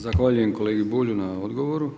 Zahvaljujem kolegi Bulju na odgovoru.